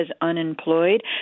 unemployed